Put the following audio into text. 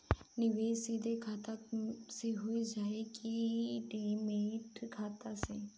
निवेश सीधे खाता से होजाई कि डिमेट खाता से?